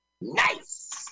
nice